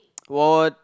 what